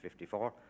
1954